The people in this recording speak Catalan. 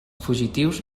fugitius